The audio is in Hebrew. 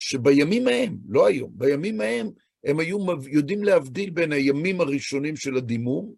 שבימים ההם, לא היום, בימים ההם, הם היו יודעים להבדיל בין הימים הראשונים של הדימום.